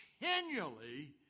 continually